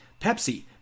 Pepsi